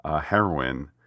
heroin